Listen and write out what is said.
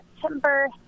September